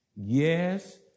Yes